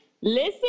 Listen